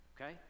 okay